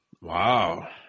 wow